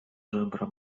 żebra